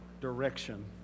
direction